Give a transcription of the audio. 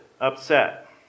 upset